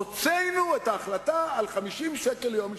הוצאנו את ההחלטה על 50 שקל ליום אשפוז.